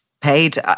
paid